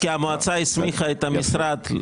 כי המועצה הסמיכה את המשרד.